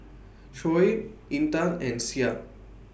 Shoaib Intan and Syah